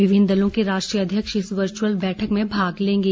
विभिन्न दलों को राष्ट्रीय अध्यक्ष इस वर्चअल बैठक में भाग लेंगे